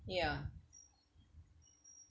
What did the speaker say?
ya